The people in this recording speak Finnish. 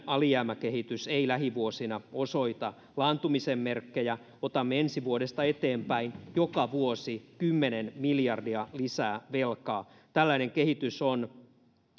alijäämäkehitys ei lähivuosina osoita laantumisen merkkejä otamme ensi vuodesta eteenpäin joka vuosi kymmenen miljardia lisää velkaa tällainen kehitys on